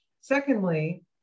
Secondly